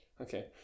Okay